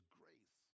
grace